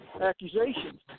accusations